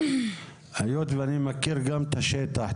היות ואני מכיר גם את השטח,